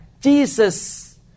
Jesus